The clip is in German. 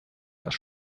das